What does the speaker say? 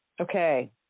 Okay